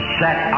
set